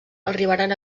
arribaren